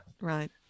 Right